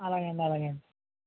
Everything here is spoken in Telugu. అలాగే అండి అలాగే అండి